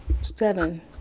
seven